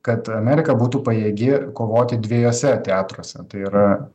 kad amerika būtų pajėgi kovoti dviejuose teatruose tai yra